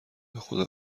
بخدا